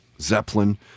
Zeppelin